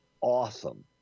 awesome